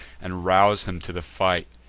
and rouse him to the fight.